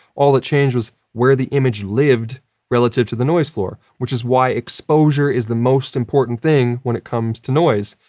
all it changed was where the image lived relative to the noise floor, which is why exposure is the most important thing when it comes to noise.